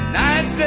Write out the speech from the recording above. night